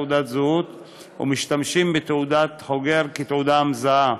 תעודת זהות ומשתמשים בתעודת חוגר כתעודה מזהה,